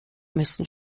müssen